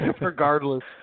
regardless